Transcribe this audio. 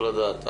טוב לדעת,